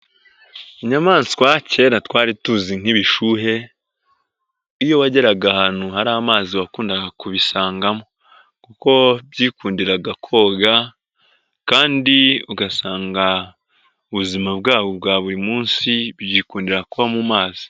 Inyamaswa kera twari tuzi nk'ibishuhe, iyo wageraga ahantu hari amazi wakundaga kubisangamo kuko byikundiraga koga kandi ugasanga ubuzima bwabo bwa buri munsi byikundira kuba mu mazi.